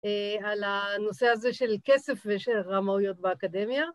על הנושא הזה של כסף ושל רמאויות באקדמיה.